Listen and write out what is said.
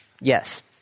Yes